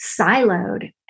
siloed